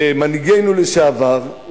מנהיגנו לשעבר,